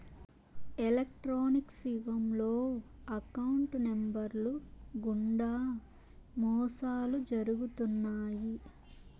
electronics యుగంలో account నెంబర్లు గుండా మోసాలు జరుగుతున్నాయి